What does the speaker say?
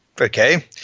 Okay